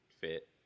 fit